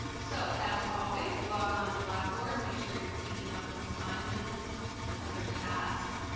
so as always, log on to blackboard and make sure you're keeping up with assignments and other tasks.